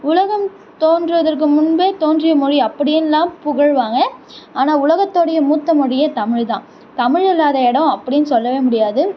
உலகம் தோன்றுவதற்கு முன்பே தோன்றிய மொழி அப்படின்லாம் புகழ்வாங்க ஆனால் உலகத்தோடைய மூத்த மொழியே தமிழ் தான் தமிழ் இல்லாத இடம் அப்படின்னு சொல்லவே முடியாது